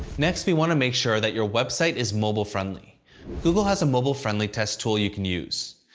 next, we want to make sure that your website is mobile friendly google has a mobile-friendly test tool you can use.